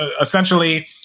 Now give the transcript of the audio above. essentially